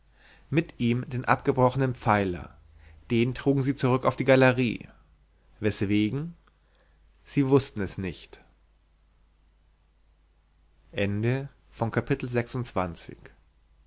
mit ihm den abgebrochenen pfeiler den trugen sie zurück auf die galerie weswegen sie wußten es nicht